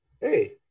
hey